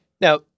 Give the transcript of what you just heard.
Now